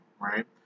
right